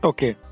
Okay